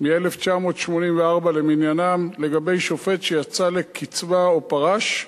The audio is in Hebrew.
מ-1984 למניינם, לגבי שופט שיצא לקצבה או פרש,